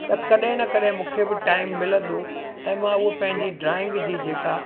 त कॾहिं न कॾहिं मूंखे बि टाइम मिलंदो ऐं मां उहो पंहिंजी ड्राइंग जी जेका